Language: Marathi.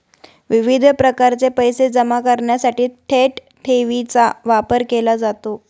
विविध प्रकारचे पैसे जमा करण्यासाठी थेट ठेवीचा वापर केला जातो